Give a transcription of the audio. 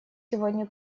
сегодня